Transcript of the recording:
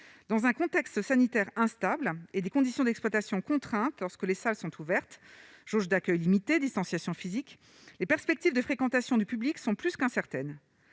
dans un contexte sanitaire instable et des conditions d'exploitation contrainte lorsque les salles sont ouvertes juge d'accueil limitée distanciation physique, les perspectives de fréquentation du public sont plus qu'incertaines,